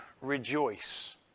rejoice